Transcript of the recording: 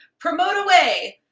promote away.